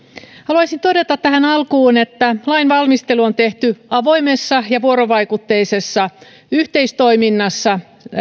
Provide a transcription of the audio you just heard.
haluaisin todeta tähän alkuun että lainvalmistelu on tehty avoimessa ja vuorovaikutteisessa yhteistoiminnassa